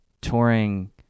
touring